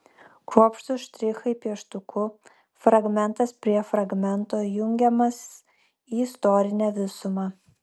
kruopštūs štrichai pieštuku fragmentas prie fragmento jungiamas į istorinę visumą